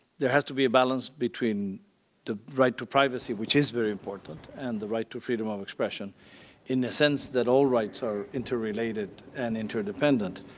there has to be a balance between the right to privacy, which is very important, and the right to freedom of expression in the sense that all rights are interrelated and interdependent.